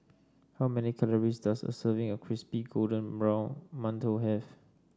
how many calories does a serving of Crispy Golden Brown Mantou have